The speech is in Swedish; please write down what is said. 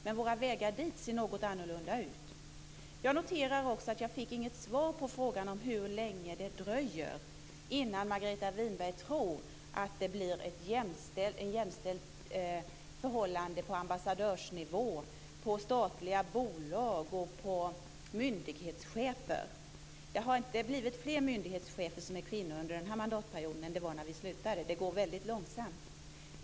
Men våra vägar dit ser något annorlunda ut. Jag noterar också att jag inte fick något svar på frågan om hur länge det dröjer innan Margareta Winberg tror att det blir ett jämställt förhållande på ambassadörsnivå samt i fråga om statliga bolag och myndighetschefer. Det har inte blivit fler myndighetschefer som är kvinnor under den här mandatperioden än det var när vi slutade. Det går väldigt långsamt.